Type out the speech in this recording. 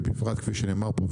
ובפרט כפי שנאמר פה,